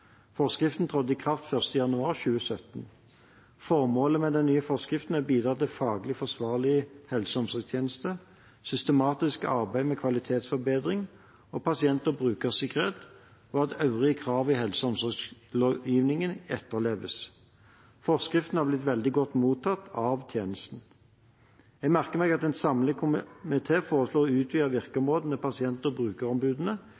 Forskriften trådte i kraft 1. januar 2017. Formålet med den nye forskriften er å bidra til faglig forsvarlige helse- og omsorgstjenester, systematisk arbeid med kvalitetsforbedring og pasient- og brukersikkerhet, og at øvrige krav i helse- og omsorgslovgivningen etterleves. Forskriften har blitt veldig godt mottatt av tjenesten. Jeg merker meg at en samlet komité foreslår å utvide